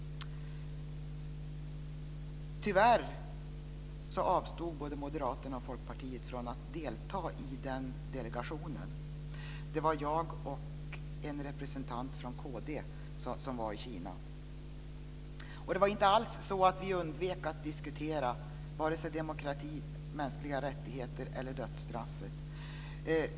Tyvärr avstod både moderaterna och Folkpartiet från att delta i den delegationen. Det var jag och en representant från kd som var i Kina. Det var inte alls så att vi undvek att diskutera vare sig demokrati, mänskliga rättigheter eller dödsstraffet.